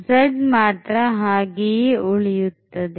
z ಮಾತ್ರ ಹಾಗೆ ಉಳಿಯುತ್ತದೆ